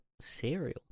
cereal